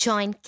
Join